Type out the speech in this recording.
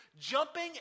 jumping